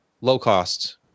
low-cost